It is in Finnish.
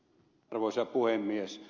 arvoisa puhemies